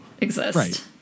exist